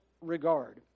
regard